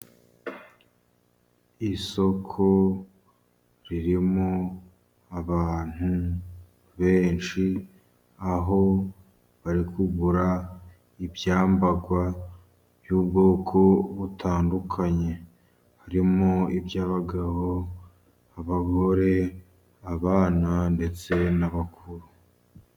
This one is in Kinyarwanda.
Isoko ririmo abantu benshi, aho bari kugura ibyambarwa by'ubwoko butandukanye, harimo iby'abagabo, abagore, abana ndetse n'abakuru.